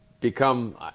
become